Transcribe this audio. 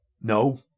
no